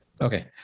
Okay